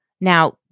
Now